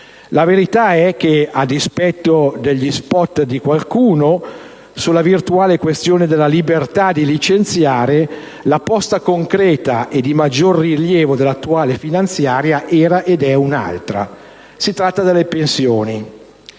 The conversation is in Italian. La verità è che, a dispetto degli *spot* di qualcuno sulla virtuale questione della libertà di licenziare, la posta concreta e di maggior rilievo dell'attuale manovra era ed è un'altra. Si tratta delle pensioni,